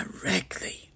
directly